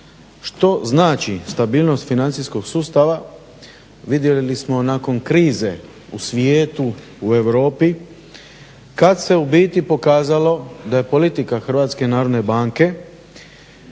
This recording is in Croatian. Što znači stabilnost financijskog sustava vidjeli smo nakon krize u svijetu u Europi kad se u biti pokazalo da je politika Hrvatske narodne banke